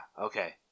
Okay